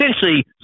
essentially